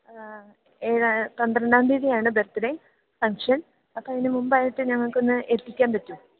പന്ത്രണ്ടാം തീയതിയാണ് birthday function അപ്പം അതിന് മുമ്പായിട്ട് ഞങ്ങൾക്കൊന്ന് എത്തിക്കാന് പറ്റുമോ